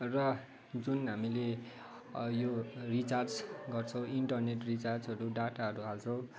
र जुन हामीले यो रिचार्ज गर्छौँ इन्टरनेट रिचार्जहरू डाटाहरू हाल्छौँ